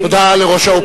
ואידך זיל גמור.